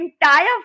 entire